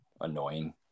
annoying